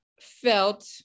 felt